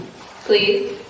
Please